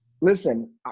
listen